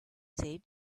said